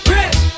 Rich